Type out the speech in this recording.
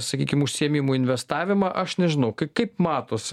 sakykim užsiėmimų investavimą aš nežinau kaip matos